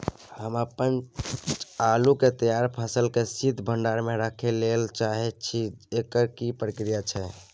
हम अपन आलू के तैयार फसल के शीत भंडार में रखै लेल चाहे छी, एकर की प्रक्रिया छै?